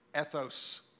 ethos